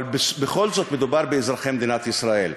אבל בכל זאת, מדובר באזרחי מדינת ישראל.